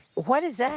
what is that?